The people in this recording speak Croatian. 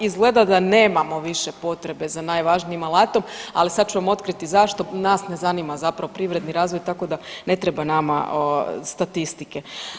Izgleda da nemamo više potrebe za najvažnijim alatom, ali sad ću vam otkriti zašto, nas ne zanima zapravo privredni razvoj, tako da ne treba nama statistike.